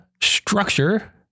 structure